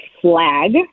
flag